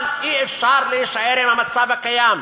אבל אי-אפשר להישאר עם המצב הקיים,